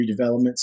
redevelopments